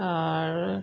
আর